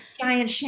giant